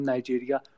Nigeria